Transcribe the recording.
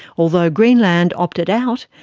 although greenland opted out,